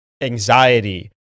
anxiety